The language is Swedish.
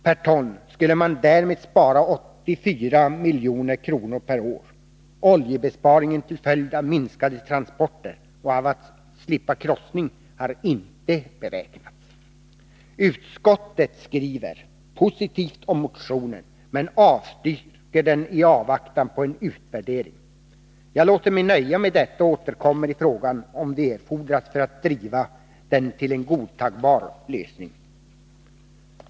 per ton skulle man därmed spara 84 milj.kr. per år. Oljebesparingen till följd av minskade transporter och av att slippa krossning har inte beräknats. Utskottet skriver positivt om motionen men avstyrker den i avvaktan på en utvärdering. Jag låter mig nöja med detta och återkommer i frågan, om det erfordras för att driva den till en godtagbar lösning.